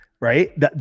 right